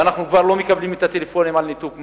ואנחנו כבר לא מקבלים טלפונים על ניתוק מים.